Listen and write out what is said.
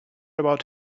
about